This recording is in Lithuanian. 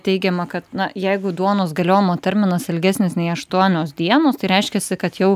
teigiama kad jeigu duonos galiojimo terminas ilgesnis nei aštuonios dienos tai reiškiasi kad jau